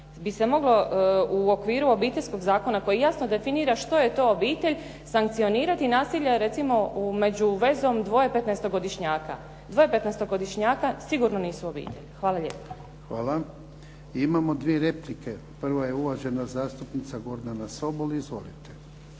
bi se moglo u okviru obiteljskog zakona koji jasno definira što je to obitelj, sankcionirati nasilje recimo među vezom dvoje 15- to godišnjaka. Dvoje 15-to godišnjaka sigurno nisu obitelj. Hvala lijepo. **Jarnjak, Ivan (HDZ)** Hvala. Imamo dvije replike. Prva je uvažena zastupnica Gordana Sobol. Izvolite.